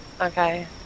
Okay